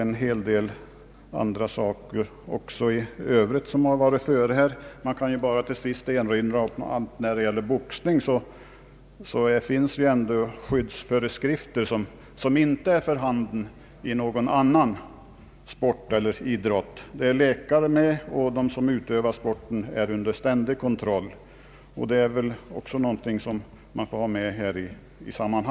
En hel del andra saker har anförts här, men jag vill bara till sist erinra om att när det gäller boxning finns skyddsföreskrifter, som inte är för handen i någon annan sport eller idrott. Läkare finns med, och de som utövar sporten står under ständig kontroll. Det bör också beaktas i sammanhanget. Herr talman!